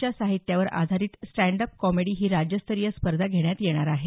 च्या साहित्यावर आधारित स्टँड अप कॉमेडी ही राज्यस्तरीय स्पर्धा घेण्यात येणार आहे